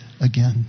again